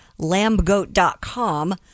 lambgoat.com